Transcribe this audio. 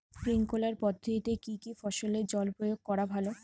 Sprinkler পদ্ধতিতে কি কী ফসলে জল প্রয়োগ করা ভালো?